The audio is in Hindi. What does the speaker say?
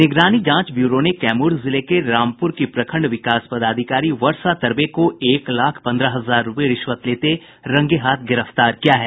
निगरानी जांच ब्यूरो ने कैमूर जिले के रामपूर की प्रखंड विकास पदाधिकारी वर्षा तरवे को एक लाख पंद्रह हजार रुपये रिश्वत लेते रंगे हाथ गिरफ्तार किया है